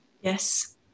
yes